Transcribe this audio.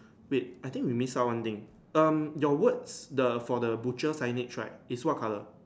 wait I think we miss out one thing um your words the for the butcher signage right is what colour